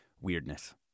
weirdness